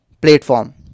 platform